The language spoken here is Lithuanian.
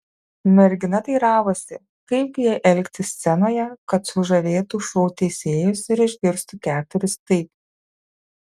mergina teiravosi kaip gi jai elgtis scenoje kad sužavėtų šou teisėjus ir išgirstų keturis taip